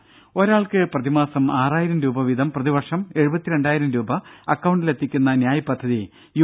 രംഭ ഒരാൾക്ക് പ്രതിമാസം ആറായിരം രൂപ വീതം പ്രതിവർഷം എഴുപത്തിരണ്ടായിരം രൂപ അക്കൌണ്ടിലെത്തിക്കുന്ന ന്യായ് പദ്ധതി യു